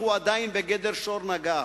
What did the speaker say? אך הוא עדיין בגדר שור נגח.